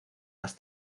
las